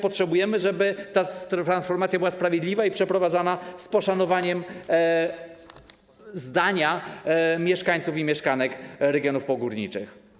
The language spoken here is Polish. Potrzebujemy tego, żeby ta transformacja była sprawiedliwa i przeprowadzana z poszanowaniem zdania mieszkańców i mieszkanek regionów pogórniczych.